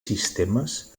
sistemes